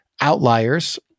Outliers